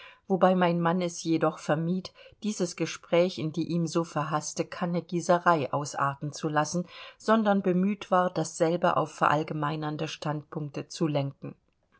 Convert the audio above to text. wobei mein mann es jedoch vermied dieses gespräch in die ihm so verhaßte kannegießerei ausarten zu lassen sondern bemüht war dasselbe auf verallgemeinernde standpunkte zu lenken